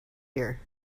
here